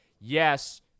yes